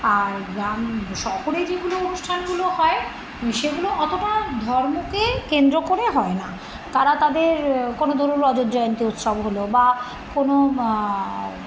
আর গ্রাম শহরে যেগুলো অনুষ্ঠানগুলো হয় সেগুলো অতটা ধর্মকে কেন্দ্র করে হয় না তারা তাদের কোনো ধরুন রজত জয়ন্তী উৎসব হলো বা কোনো